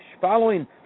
Following